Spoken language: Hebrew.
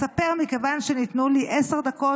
מכיוון שניתנו לי עשר דקות,